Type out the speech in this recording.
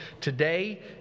Today